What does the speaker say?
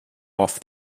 off